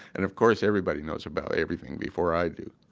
and of course everybody knows about everything before i do.